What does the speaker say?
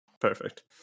Perfect